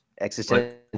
Existential